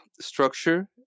structure